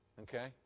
Okay